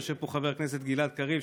יושב פה חבר הכנסת גלעד קריב,